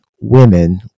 women-